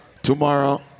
Tomorrow